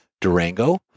Durango